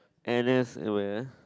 n_s where